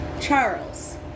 Charles